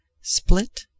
split